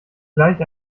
gleich